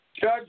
Judge